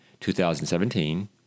2017